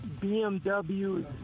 BMW